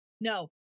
No